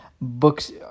books